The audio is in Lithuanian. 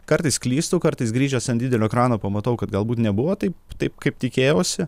kartais klystu kartais grįžęs ant didelio ekrano pamatau kad galbūt nebuvo taip taip kaip tikėjausi